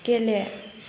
गेले